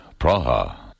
Praha